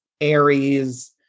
Aries